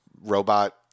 robot